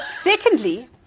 Secondly